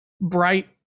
bright